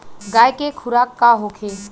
गाय के खुराक का होखे?